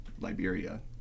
Liberia